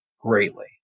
greatly